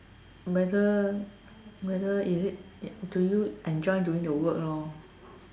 whether whether is it do you enjoy doing the work lor